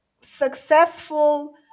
successful